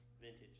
vintage